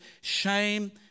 shame